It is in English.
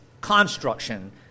construction